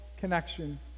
connection